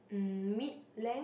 mm mid land